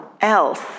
else